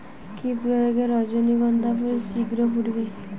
কি প্রয়োগে রজনীগন্ধা ফুল শিঘ্র ফুটবে?